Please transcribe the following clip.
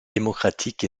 démocratique